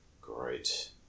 Great